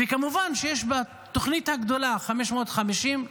וכמובן שיש בתוכנית הגדולה, 550,